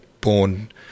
born